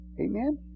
Amen